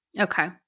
Okay